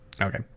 Okay